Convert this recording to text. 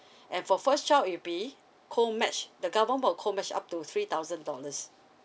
and for first child it'll be co match the government will co match up to three thousand dollars